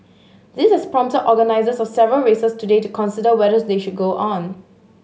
this has prompted organisers of several races today to consider whether they should go on